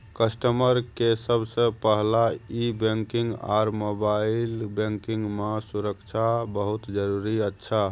customer के सबसे पहला ई बैंकिंग आर मोबाइल बैंकिंग मां सुरक्षा बहुत जरूरी अच्छा